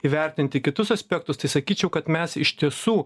įvertinti kitus aspektus tai sakyčiau kad mes iš tiesų